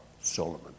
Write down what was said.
Solomon